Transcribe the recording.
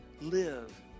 Live